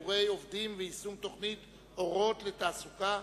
עובדים ויישום תוכנית "אורות לתעסוקה".